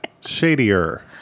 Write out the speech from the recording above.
Shadier